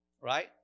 Right